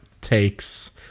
takes